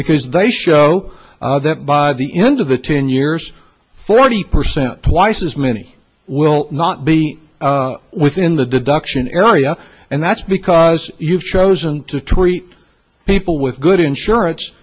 because they show that by the end of the ten years forty percent twice as many will not be within the deduction area and that's because you've chosen to treat people with good insurance